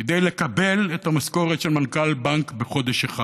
כדי לקבל את המשכורת של מנכ"ל בנק בחודש אחד.